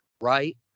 right